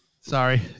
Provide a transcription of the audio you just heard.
Sorry